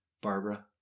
Barbara